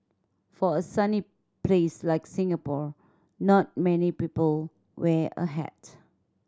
for a sunny place like Singapore not many people wear a hat